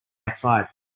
outside